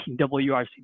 WRC